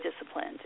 disciplined